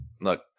look